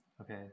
okay